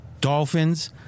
Dolphins